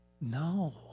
No